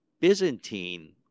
Byzantine